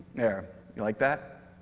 there. you like that?